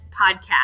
podcast